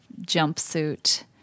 jumpsuit